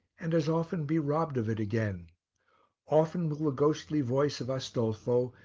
and as often be robbed of it again often will the ghostly voice of astolfo,